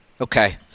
Okay